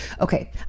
Okay